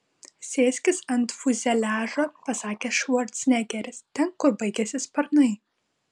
sėskis ant fiuzeliažo pasakė švarcnegeris ten kur baigiasi sparnai